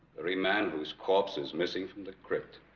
very man whose corpse is missing from the crypt